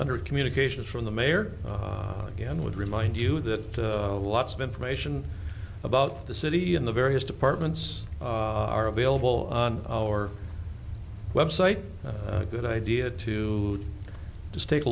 hundred communications from the mayor again would remind you that lots of information about the city and the various departments are available on our web site a good idea to just take a